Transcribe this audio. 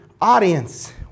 audience